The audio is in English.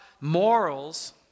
morals